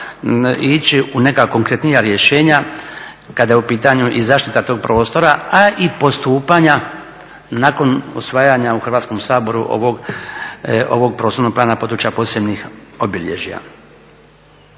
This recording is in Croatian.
ići u nekakva konkretnija rješenja kada je u pitanju i zaštita tog prostora a i postupanja nakon usvajanja u Hrvatskom saboru ovog prostornog plana područja posebnih obilježja.